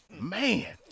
man